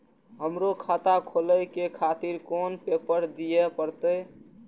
हमरो खाता खोले के खातिर कोन पेपर दीये परतें?